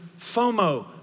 FOMO